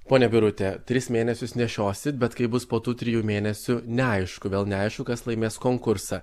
ponia birutė tris mėnesius nešiosit bet kaip bus po tų trijų mėnesių neaišku gal neaišku kas laimės konkursą